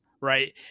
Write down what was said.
right